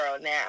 now